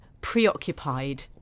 preoccupied